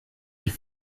die